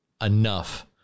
enough